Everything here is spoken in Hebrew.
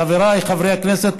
חבריי חברי הכנסת,